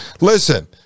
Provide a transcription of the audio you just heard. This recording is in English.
listen